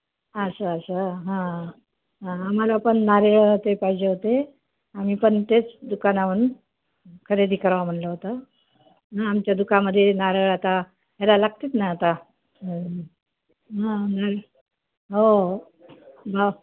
असं असं हां हां आम्हाला पण नारळ ते पाहिजे होते आम्ही पण तेच दुकानावरून खरेदी करावा म्हणलं होतं हं आमच्या दुकानामध्ये नारळ आता याला लागतेच ना आता हं न हो बा